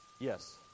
Yes